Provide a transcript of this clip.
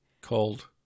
Called